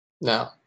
no